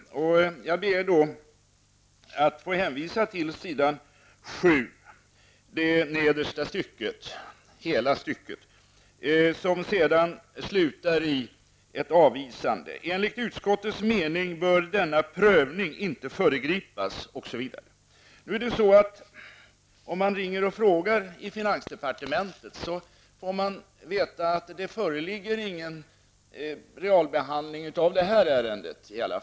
Jag ber att få hänvisa till s. 7, nedersta stycket som slutar i ett avvisande: ''Enligt utskottets mening bör denna prövning inte föregripas --.'' Om man ringer till finansdepartementet och frågar får man veta att det inte föreligger någon realbehandling av ärendet.